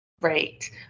right